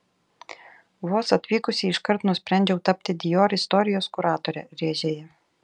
vos atvykusi iškart nusprendžiau tapti dior istorijos kuratore rėžė ji